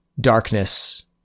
darkness